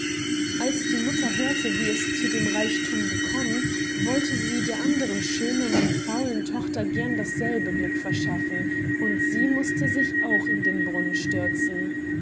als die mutter hörte wie es zu dem reichthum gekommen wollte sie der andern schönen und faulen tochter gern dasselbe glück verschaffen und sie mußte sich auch in den brunnen stürzen